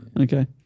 Okay